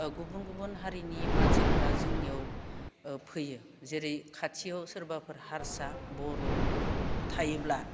गुबुन गुबुन हारिनि मानसिफोरा जोंनियाव फैयो जेरै खाथियाव सोरबाफोर हारसा बर' थायोब्ला